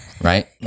right